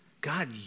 God